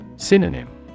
Synonym